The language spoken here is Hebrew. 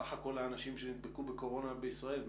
סך הכול האנשים שנדבקו בקורונה בישראל?